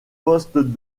poste